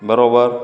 બરાબર